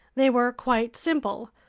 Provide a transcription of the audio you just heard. they were quite simple.